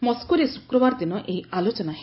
ମସ୍କୋରେ ଶୁକ୍ରବାର ଦିନ ଏହି ଆଲୋଚନା ହେବ